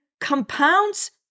compounds